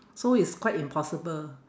so it's quite impossible